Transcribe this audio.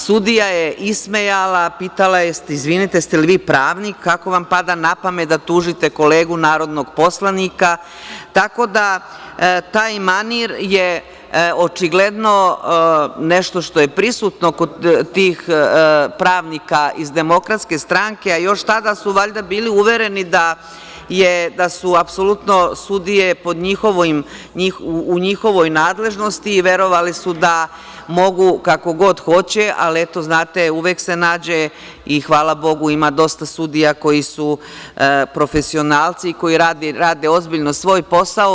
Sudija je ismejala, pitala je – izvinite, jeste li vi pravnik, kako vam pada na pamet da tužite kolegu narodnog poslanika, tako da taj manir je očigledno nešto što je prisutno kod tih pravnika iz DS, a još tada su valjda bili uvereni da su apsolutno sudije u njihovoj nadležnosti i verovali su da mogu kako god hoće, ali eto, znate, uvek se nađe i, hvala Bogu, ima dosta sudija koji su profesionalci, koji rade ozbiljno svoj posao.